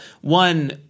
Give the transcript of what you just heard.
one